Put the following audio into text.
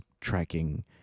tracking